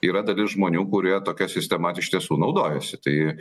yra dalis žmonių kurie tokia sistema iš tiesų naudojasi tai